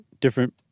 different